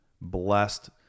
blessed